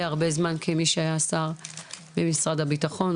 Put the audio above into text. הרבה זמן כמי שהיה שר במשרד הביטחון.